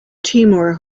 timur